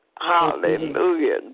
Hallelujah